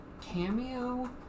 cameo